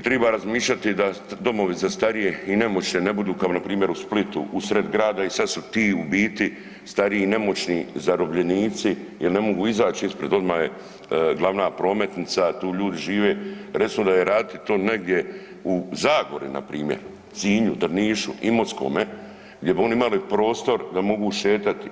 Triba razmišljati da domovi za starije i nemoćne ne budu kao npr. u Splitu u sred grada i sada su ti u biti stariji i nemoćni zarobljenici jer ne mogu izać ispred, odma je glavna prometnica, tu ljudi žive. … raditi to negdje u Zagori npr., Sinju, Drnišu, Imotskome gdje bi oni imali prostor da mogu šetati